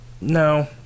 No